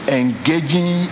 engaging